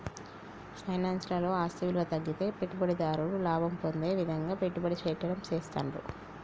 finance లలో ఆస్తి విలువ తగ్గితే పెట్టుబడిదారుడు లాభం పొందే విధంగా పెట్టుబడి పెట్టడం చేస్తాండ్రు